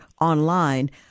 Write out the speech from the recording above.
online